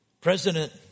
President